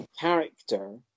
character